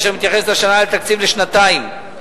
אשר מתייחסת השנה לתקציב לשנתיים,